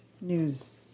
News